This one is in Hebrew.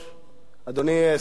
אדוני שר התקשורת,